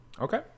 Okay